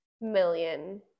million